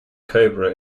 cobra